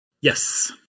Yes